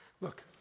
Look